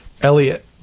Elliot